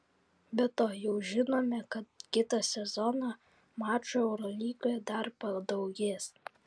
be to jau žinome kad kitą sezoną mačų eurolygoje dar padaugės